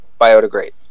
biodegrade